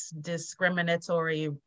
discriminatory